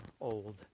old